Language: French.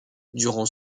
durant